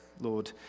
Lord